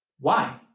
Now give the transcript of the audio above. why?